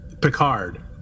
Picard